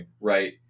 right